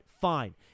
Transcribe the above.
fine